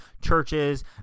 churches